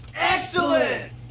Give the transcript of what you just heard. Excellent